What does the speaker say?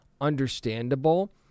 understandable